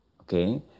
Okay